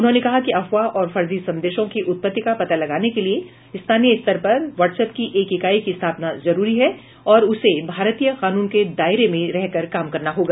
उन्होंने कहा कि अफवाह और फर्जी संदेशों की उत्पति का पता लगाने के लिए स्थानीय स्तर पर वाट्स अप की एक इकाई की स्थापना जरूरी है और उसे भारतीय कानून के दायरे में रहकर काम करना होगा